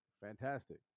Fantastic